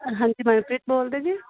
ਹਾਂਜੀ ਮਨਪ੍ਰੀਤ ਬੋਲਦੇ ਜੀ